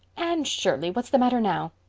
anne shirley, what's the matter now?